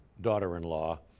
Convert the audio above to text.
daughter-in-law